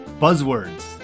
buzzwords